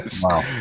Wow